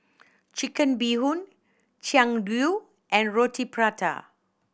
Chicken Bee Hoon chian dui and Roti Prata